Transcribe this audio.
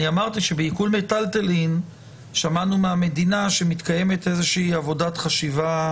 אני אמרתי שבעיקול מיטלטלין שמענו מהמדינה שמתקיימת איזושהי עבודת חשיבה